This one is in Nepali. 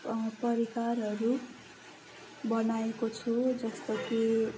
परिकारहरू बनाएको छु जस्तो कि